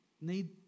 need